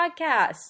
podcast